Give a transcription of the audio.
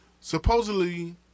supposedly